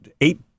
eight